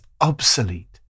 obsolete